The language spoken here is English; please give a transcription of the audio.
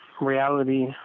reality